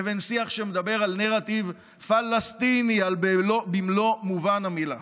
לבין שיח שמדבר על נרטיב פלסטיני במלוא מובן המילה.